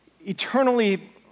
eternally